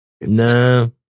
No